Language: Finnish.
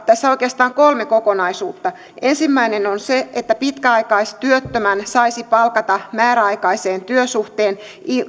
tässä on oikeastaan kolme kokonaisuutta ensimmäinen on se että pitkäaikaistyöttömän saisi palkata määräaikaiseen